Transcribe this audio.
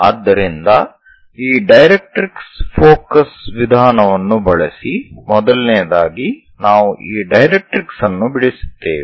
ಆದ್ದರಿಂದ ಈ directrix focus ವಿಧಾನವನ್ನು ಬಳಸಿ ಮೊದಲನೆಯದಾಗಿ ನಾವು ಈ ಡೈರೆಟ್ರಿಕ್ಸ್ ಅನ್ನು ಬಿಡಿಸುತ್ತೇವೆ